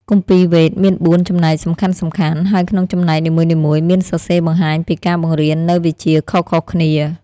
គម្ពីរ វេទ មាន ៤ ចំណែកសំខាន់ៗ ហើយក្នុងចំណែកនីមួយៗមានសរសេរបង្ហាញពីការបង្រៀននូវវិជ្ជាខុសៗគ្នា។